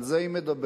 על זה היא מדברת.